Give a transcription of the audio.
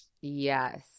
Yes